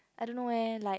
I don't know eh like